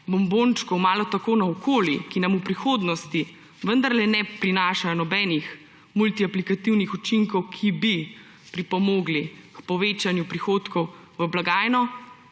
bombončkov malo tako naokoli, ki nam v prihodnosti vendarle ne prinaša nobenih multiplikativnih učinkov, ki bi pripomogli k povečanju prihodkov v blagajno,